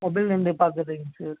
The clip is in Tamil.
மொபைல் வந்து பார்க்கறத்துக்குங்க சார்